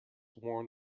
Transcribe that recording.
worn